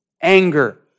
anger